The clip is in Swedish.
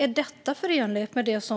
Är detta förenligt med det